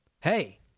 hey